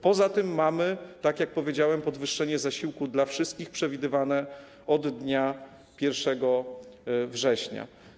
Poza tym mamy, tak jak powiedziałem, podwyższenie zasiłku dla wszystkich przewidywane od dnia 1 września.